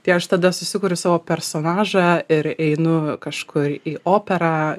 tai aš tada susikuriu savo personažą ir einu kažkur į operą